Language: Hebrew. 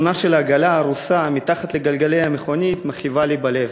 התמונה של העגלה ההרוסה מתחת לגלגלי המכונית מכאיבה לי בלב.